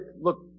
Look